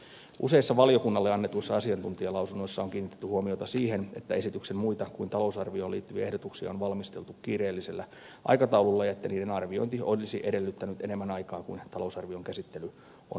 useissa valiokunnalle annetuissa asiantuntijalausunnoissa on kiinnitetty huomiota siihen että esityksen muita kuin talousarvioon liittyviä ehdotuksia on valmisteltu kiireellisellä aikataululla ja että niiden arviointi olisi edellyttänyt enemmän aikaa kuin talousarvion käsittely on mahdollistanut